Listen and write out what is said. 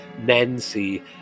Nancy